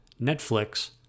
Netflix